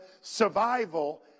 Survival